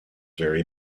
vary